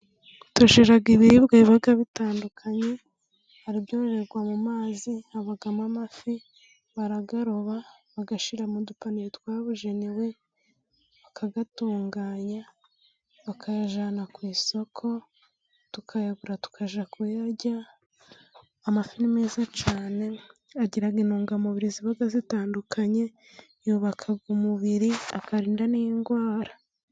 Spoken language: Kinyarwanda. Tugira ibiribwa biba bitandukanye，hari ibyororerwa mu mazi，habamo amafi， barayaroba， bayashyira mu dupaniye，twabugenewe， bakayatunganya， bakayajyana ku isoko， tukayagura， tukajya kuyarya， amafi ni meza cyane， agira intungamubiri ziba zitandukanye， yubaka umubiri， akarinda n'indwara.